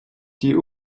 die